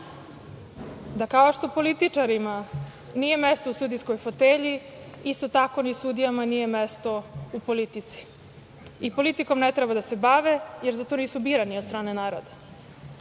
da kao što političarima nije mesto u sudijskoj fotelji, isto tako ni sudijama nije mesto u politici. I politikom ne treba da se bave, jer zato nisu birani od strane naroda. Ako